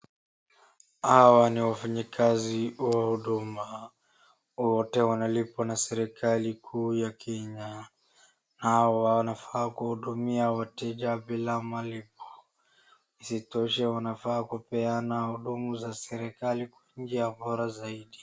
Hawa ni wafanyakazi wa huduma. Wote wanalipwa na serikali kuu ya Kenya. Hawa wanafaa kuhudumia wateja bila malipo. Isitoshe wanafaa kupeana huduma za serikali kwa njia bora zaidi.